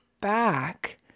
back